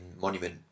Monument